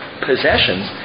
possessions